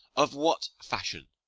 of what fashion?